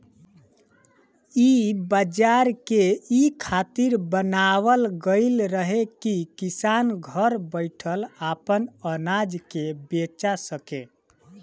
इ बाजार के इ खातिर बनावल गईल रहे की किसान घर बैठल आपन अनाज के बेचा सके